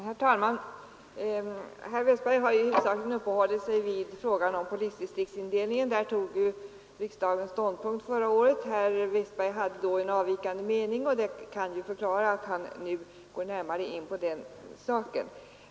Herr talman! Herr Westberg i Ljusdal har ju huvudsakligen uppehållit sig vid frågan om polisdistriktsindelningen. Riksdagen tog förra året ställning till den frågan. Herr Westberg hade då en avvikande mening, och det kan förklara att han nu går närmare in på den saken.